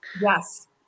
Yes